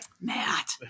Matt